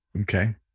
okay